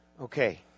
Okay